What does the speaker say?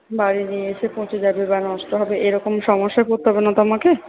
বাড়ি নিয়ে এসে পচে যাবে বা নষ্ট হবে এরকম সমস্যায় পড়তে হবে না তো আমাকে